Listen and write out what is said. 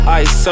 ice